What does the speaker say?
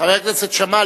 חבר הכנסת שאמה,